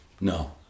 No